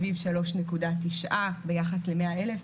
סביב 3.9 ביחס ל-100,000,